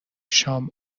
شام